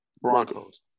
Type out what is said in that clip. Broncos